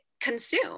consume